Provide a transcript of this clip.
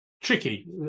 Tricky